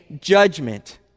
judgment